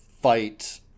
fight